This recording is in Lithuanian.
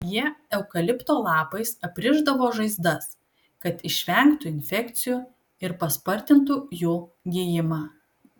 jie eukalipto lapais aprišdavo žaizdas kad išvengtų infekcijų ir paspartintų jų gijimą